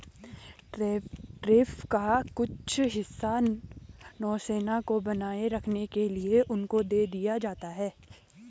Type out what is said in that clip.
tariff का कुछ हिस्सा नौसेना को बनाए रखने के लिए उनको दे दिया जाता है